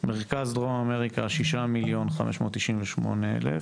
מרכז דרום אמריקה: 6.598 מיליון,